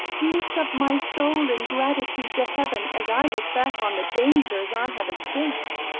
lift up my soul in gratitude to heaven as i look back on the dangers i have escaped!